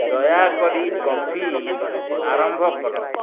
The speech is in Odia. ଦୟାକରି କଫି ଆରମ୍ଭ କର